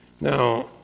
Now